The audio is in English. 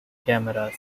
cameras